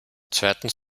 zweitens